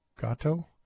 gatto